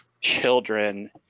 children